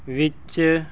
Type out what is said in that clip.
ਵਿੱਚ